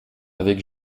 avec